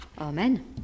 amen